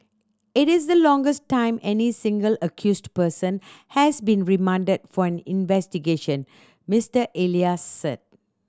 it is the longest time any single accused person has been remanded for an investigation Mister Elias said